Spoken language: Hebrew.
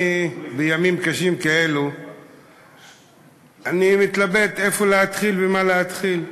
בימים קשים כאלה אני מתלבט איפה להתחיל ובמה להתחיל.